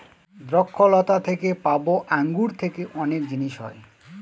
দ্রক্ষলতা থেকে পাবো আঙ্গুর থেকে অনেক জিনিস হয়